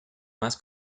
más